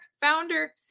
founder